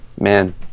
Man